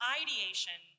ideation